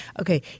Okay